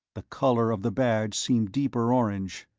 the color of the badge seemed deeper orange.